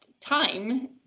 time